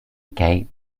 gay